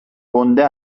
گنده